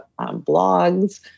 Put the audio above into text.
blogs